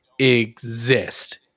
Exist